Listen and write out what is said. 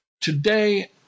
Today